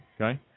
okay